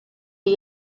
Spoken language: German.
die